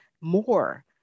more